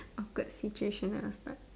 awkward situation I was stuck